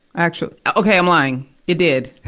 actua okay, i'm lying. it did.